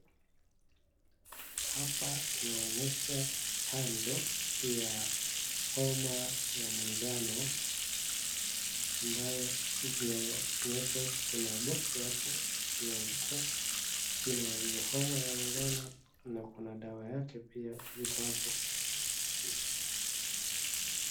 Hapa inaonyesha chanjo ya homa ya manjano .Ambayo imeonyeshwa kuna boxi hapo imeandikwa jina ya hiyo homa ya manjano na kuna dawa yake pia ziko hapo.